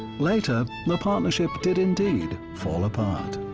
later, the partnership did indeed fall apart.